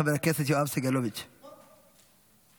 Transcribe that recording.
חבר הכנסת יואב סגלוביץ' סליחה,